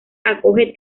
acoge